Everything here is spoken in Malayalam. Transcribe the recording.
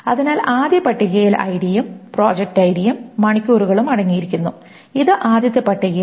അതിനാൽ ആദ്യ പട്ടികയിൽ ഐഡിയും പ്രോജക്റ്റ് ഐഡിയും മണിക്കൂറുകളും അടങ്ങിയിരിക്കുന്നു ഇത് ആദ്യത്തെ പട്ടികയാണ്